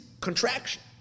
contraction